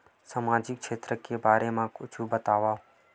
सामाजिक क्षेत्र के बारे मा कुछु बतावव?